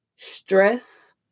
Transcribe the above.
stress